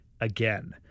again